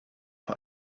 vor